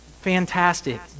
Fantastic